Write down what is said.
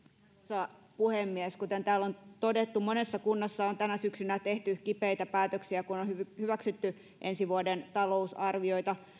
arvoisa puhemies kuten täällä on todettu monessa kunnassa on tänä syksynä tehty kipeitä päätöksiä kun on hyväksytty ensi vuoden talousarvioita